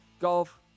golf